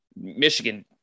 Michigan